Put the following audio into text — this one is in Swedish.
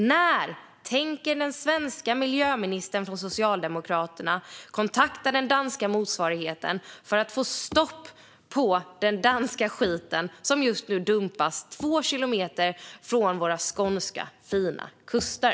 När tänker den svenska miljöministern från Socialdemokraterna kontakta den danska motsvarigheten för att få stopp på den danska skit som just nu dumpas två kilometer från våra skånska, fina kuster?